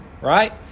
right